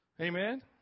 Amen